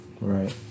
Right